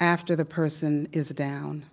after the person is down?